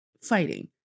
fighting